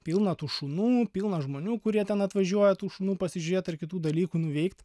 pilna tų šunų pilna žmonių kurie ten atvažiuoja tų šunų pasižiūrėt ar kitų dalykų nuveikt